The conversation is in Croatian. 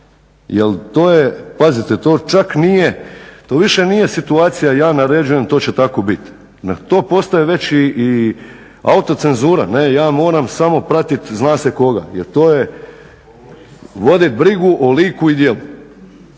Jer to je, pazite, to više nije situacija ja naređujem, to će tako bit, to postaje već i autocenzura. Ne ja moram samo pratit zna se koga, vodit brigu o liku i djelu.